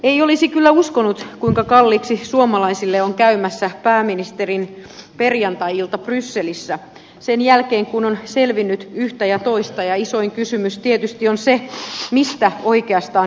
ei olisi kyllä uskonut kuinka kalliiksi suomalaisille on käymässä pääministerin perjantai ilta brysselissä sen jälkeen kun on selvinnyt yhtä ja toista ja isoin kysymys tietysti on se mistä oikeastaan päätettiin